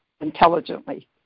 intelligently